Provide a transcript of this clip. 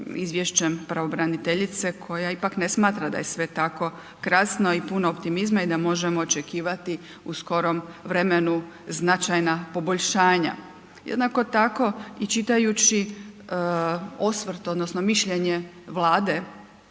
izvješće pravobraniteljice koja ipak ne smatra da je sve tako krasno i puno optimizma i da možemo očekivati u skorom vremenu značajna poboljšanja. Jednako tako i čitajući osvrt odnosno mišljenje Vlade